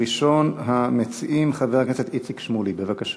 1543, 1548, 1557, 1575 ו-1583 בנושא: